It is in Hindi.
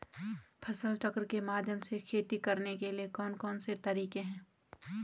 फसल चक्र के माध्यम से खेती करने के लिए कौन कौन से तरीके हैं?